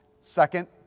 Second